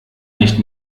nicht